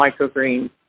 microgreens